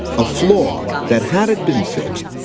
a flaw, that had it been fixed,